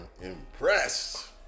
impressed